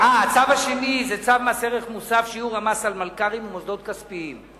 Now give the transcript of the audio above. הצו השני זה צו מס ערך מוסף (שיעור המס על מלכ"רים ומוסדות כספיים).